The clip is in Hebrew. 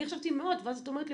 אני חשבתי מאות ואז את אומרת לי,